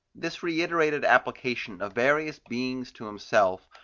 this reiterated application of various beings to himself,